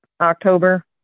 October